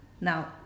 Now